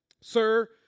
Sir